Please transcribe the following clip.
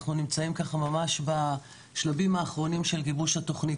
אנחנו נמצאים ממש בשלבים האחרונים של גיבוש התוכנית.